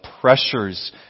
pressures